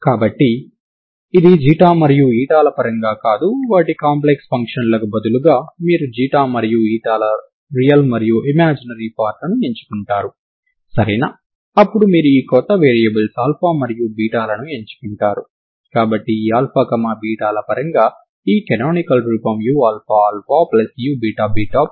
కాబట్టి ఈ total energy function ద్వారా మీరు రెండు వేర్వేరు పరిష్కారాలు ఉన్నాయని భావిస్తే మరియు అవి ఇచ్చిన సమస్యను ప్రారంభ సమాచారంతో సంతృప్తి పరుస్తాయనుకుంటే ఈ ప్రారంభ సమాచారంతో మీరు ఎనర్జీ ఫంక్షన్ w ని నిర్వచించారు సరేనా